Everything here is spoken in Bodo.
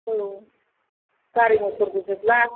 औ गारि मटरबो जोबला